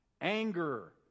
Anger